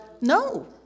No